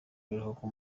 biruhuko